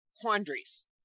quandaries